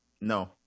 No